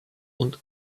und